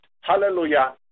hallelujah